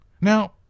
Now